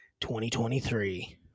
2023